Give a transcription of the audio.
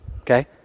okay